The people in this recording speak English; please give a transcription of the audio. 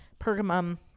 Pergamum